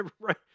right